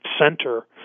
center